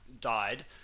died